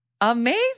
Amazing